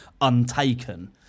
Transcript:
untaken